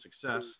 success